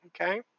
okay